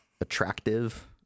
Attractive